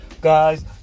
Guys